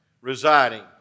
Residing